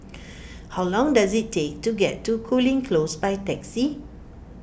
how long does it take to get to Cooling Close by taxi